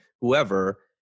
whoever